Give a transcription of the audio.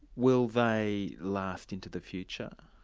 will they last into the future?